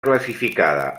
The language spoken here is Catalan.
classificada